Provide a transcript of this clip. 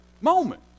moment